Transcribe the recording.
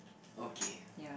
okay